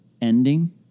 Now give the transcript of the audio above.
ending